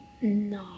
No